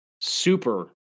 super